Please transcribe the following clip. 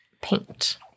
paint